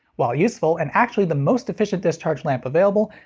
while useful, and actually the most efficient discharge lamp available,